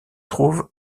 trouve